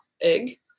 egg